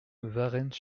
varennes